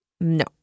No